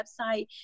website